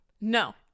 No